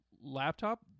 laptop